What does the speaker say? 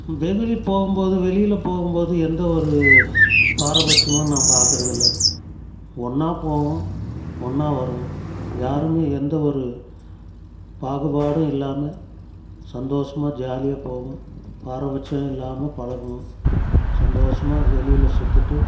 வெகுளி போகும்போது வெளியில் போகும்போது எந்த ஒரு பாரபட்சமும் நான் பார்க்கறதில்ல ஒன்றா போவோம் ஒன்றா வருவோம் யாருமே எந்த ஒரு பாகுபாடும் இல்லாமல் சந்தோஷமாக ஜாலியாக போவோம் பாரபட்சம் இல்லாமல் பழகுவோம் சந்தோஷமாக வெளியில் சுற்றிட்டு